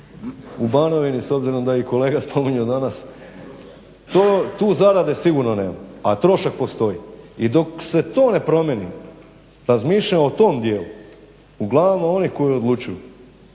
u Banovini, s obzirom da je kolega spominjao danas. Tu zarade sigurno nema, a trošak postoji i dok se to ne promijeni, razmišlja o tom dijelu u glavama onih koji odlučuju